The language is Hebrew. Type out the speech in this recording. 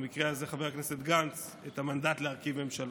במקרה הזה חבר הכנסת גנץ, את המנדט להרכיב ממשלה.